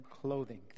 clothing